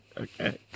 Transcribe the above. Okay